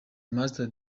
masters